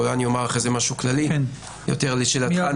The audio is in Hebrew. לשאלתך,